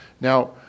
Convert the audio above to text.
Now